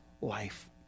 life